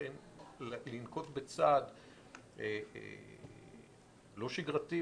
לנקוט בצעד לא שגרתי,